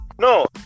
No